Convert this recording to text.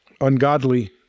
Ungodly